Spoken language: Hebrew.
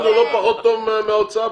החיסכון הוא לא פחות מההוצאה פה.